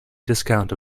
discount